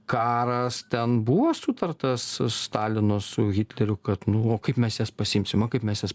karas ten buvo sutartas stalino su hitleriu kad nu o kaip mes pasiimsim o kaip mes